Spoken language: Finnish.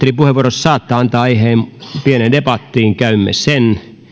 saattaa antaa aiheen pieneen debattiin käymme sen